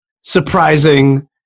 surprising